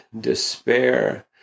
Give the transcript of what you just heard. despair